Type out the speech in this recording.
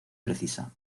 precisa